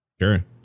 Sure